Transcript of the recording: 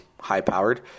high-powered